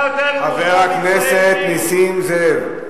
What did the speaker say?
חבר הכנסת נסים זאב.